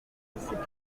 discipline